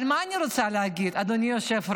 אבל מה אני רוצה להגיד, אדוני היושב-ראש?